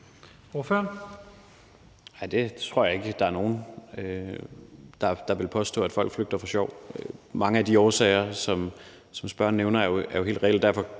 Kjær (S): Jeg tror ikke, der er nogen, der vil påstå, at folk flygter for sjov. Mange af de årsager, som spørgeren nævner, er jo helt reelle, og